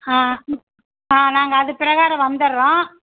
ஆ ஆ நாங்கள் அதுக்கு பிரகாரம் வந்துடறோம்